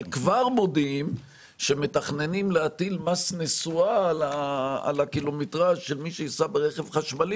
אבל כבר מודיעים שמתכננים להטיל מס נסועה על מי שייסע ברכב חשמלי,